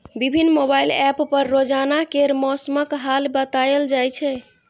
विभिन्न mobile app पर रोजाना केर मौसमक हाल बताएल जाए छै